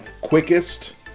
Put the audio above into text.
quickest